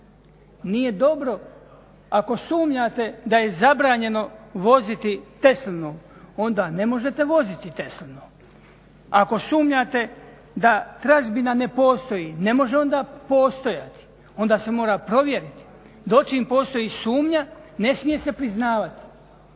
nije dobro ako sumnjate da je zabranjeno voziti Teslinom onda ne možete voziti Teslinom. Ako sumnjate da tražbina ne postoji, ne može onda postojati, onda se mora provjeriti, dočim postoji sumnja, ne smije se priznavati